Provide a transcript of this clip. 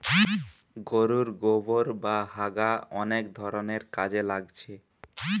গোরুর গোবোর বা হাগা অনেক ধরণের কাজে লাগছে